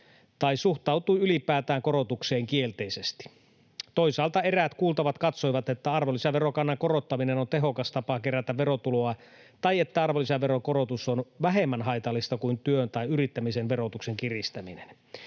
tai suhtautui ylipäätään korotukseen kielteisesti. Toisaalta eräät kuultavat katsoivat, että arvonlisäverokannan korottaminen on tehokas tapa kerätä verotuloa tai että arvonlisäveron korotus on vähemmän haitallista kuin työn tai yrittämisen verotuksen kiristäminen.